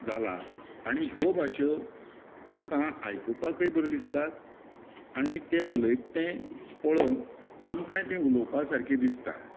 जालां आनी ह्यो भाश्यो आमकां आयकूपाकय बरी दिसतात आनी ते उलयता तें पळोवन आमकांय तें उलोवपा सारकी दिसता